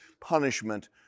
punishment